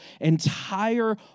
entire